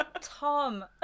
Tom